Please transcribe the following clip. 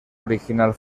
original